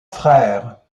frères